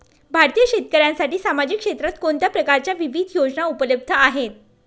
भारतीय शेतकऱ्यांसाठी सामाजिक क्षेत्रात कोणत्या प्रकारच्या विविध योजना उपलब्ध आहेत?